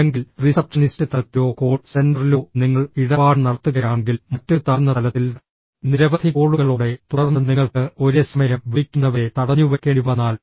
അല്ലെങ്കിൽ റിസപ്ഷനിസ്റ്റ് തലത്തിലോ കോൾ സെന്ററിലോ നിങ്ങൾ ഇടപാട് നടത്തുകയാണെങ്കിൽ മറ്റൊരു താഴ്ന്ന തലത്തിൽ നിരവധി കോളുകളോടെ തുടർന്ന് നിങ്ങൾക്ക് ഒരേസമയം വിളിക്കുന്നവരെ തടഞ്ഞുവയ്ക്കേണ്ടിവന്നാൽ